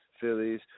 Phillies